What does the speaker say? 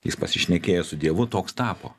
jis pasišnekėjo su dievu toks tapo